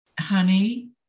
Honey